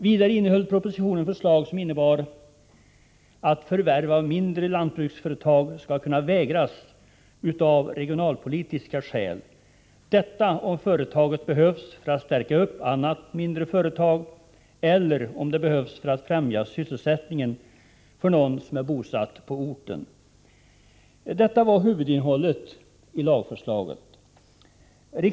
Vidare innehöll propositionen förslag som innebar att förvärv av mindre lantbruksföretag skall kunna vägras av regionalpolitiska skäl, om företaget behövs för att stärka upp annat mindre företag eller om det behövs för att främja sysselsättningen för någon som är bosatt på orten. Detta var huvudinnehållet i lagförslaget.